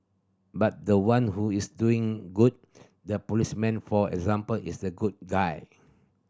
but the one who is doing good the policeman for example is the good guy